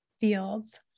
fields